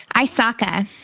Isaka